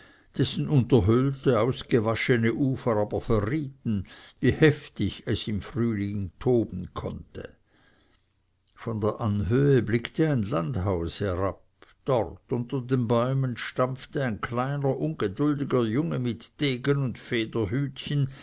dessen unterhöhlte ausgewaschene ufer aber verrieten wie heftig es im frühjahr toben konnte von der anhöhe blickte ein landhaus herab dort unter den bäumen stampfte ein kleiner ungeduldiger junge mit degen und